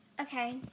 Okay